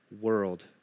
world